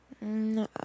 No